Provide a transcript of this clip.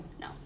No